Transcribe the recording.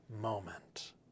moment